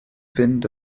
fynd